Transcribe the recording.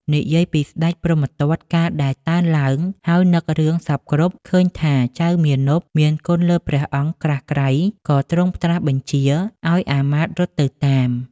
និយាយពីស្តេចព្រហ្មទត្ត កាលដែលតើនឡើងហើយនឹករឿងសព្វគ្រប់ឃើញថាចៅមាណពមានគុណលើព្រះអង្គក្រាស់ក្រៃ ក៏ទ្រង់ត្រាស់បញ្ជាឱ្យអាមាត្យរត់ទៅតាម។